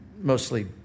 mostly